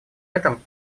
этом